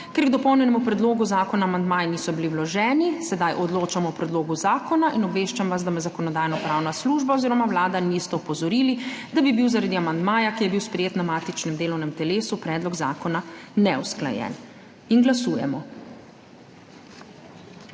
Ker k dopolnjenemu predlogu zakona amandmaji niso bili vloženi, sedaj odločamo o predlogu zakona. Obveščam vas, da me Zakonodajno-pravna služba oziroma Vlada nista opozorili, da bi bil zaradi amandmaja, ki je bil sprejet na matičnem delovnem telesu, predlog zakona neusklajen. Glasujemo.